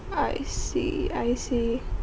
I see I see